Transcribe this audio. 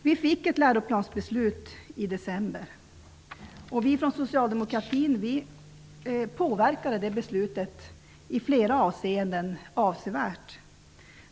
Vi fick ett läroplansbeslut i december, och vi från Socialdemokratin påverkade det beslutet i flera avseenden avsevärt.